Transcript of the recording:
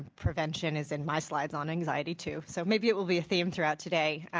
prevention is in my slides on anxiety too so maybe it will be a theme throughout today,